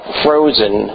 frozen